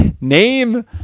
name